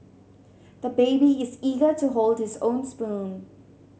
the baby is eager to hold his own spoon